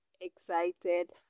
excited